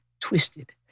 twisted